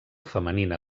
femenina